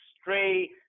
stray